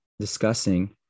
discussing